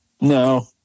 No